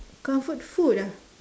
comfort food ah